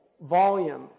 volume